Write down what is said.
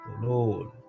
Lord